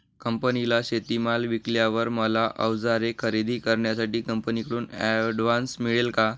कंपनीला शेतीमाल विकल्यावर मला औजारे खरेदी करण्यासाठी कंपनीकडून ऍडव्हान्स मिळेल का?